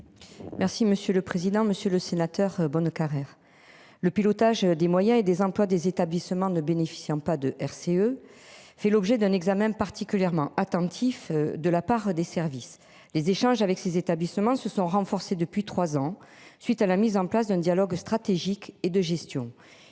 Merci monsieur le président, Monsieur le Sénateur, Bonnecarrere. Le pilotage des moyens et des employes des établissements ne bénéficiant pas de RCE fait l'objet d'un examen particulièrement attentif de la part des services. Les échanges avec ces établissements se sont renforcées depuis 3 ans suite à la mise en place d'un dialogue stratégique et de gestion.